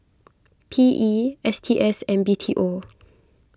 P E S T S and B T O